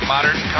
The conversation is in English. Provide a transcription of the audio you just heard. Modern